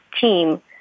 team